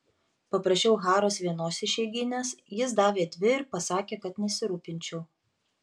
paprašiau haros vienos išeiginės jis davė dvi ir pasakė kad nesirūpinčiau